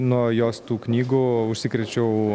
nuo jos tų knygų užsikrėčiau